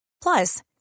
Plus